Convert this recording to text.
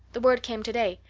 the word came today.